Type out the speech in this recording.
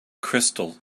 crystal